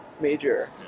major